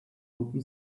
open